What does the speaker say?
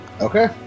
Okay